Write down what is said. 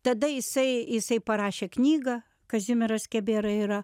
tada jisai jisai parašė knygą kazimieras skebėra yra